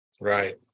right